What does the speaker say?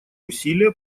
усилия